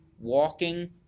walking